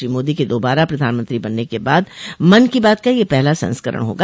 श्री मोदी के दोबारा प्रधानमंत्री बनने के बाद मन की बात का यह पहला संस्करण होगा